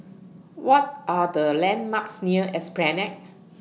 What Are The landmarks near Esplanade